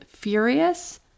furious